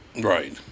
Right